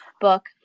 book